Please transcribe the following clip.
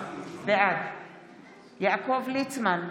בעד יעקב ליצמן,